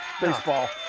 baseball